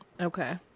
okay